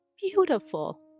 Beautiful